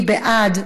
מי בעד?